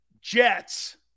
Jets